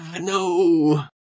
No